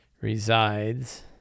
resides